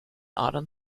adern